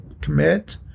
commit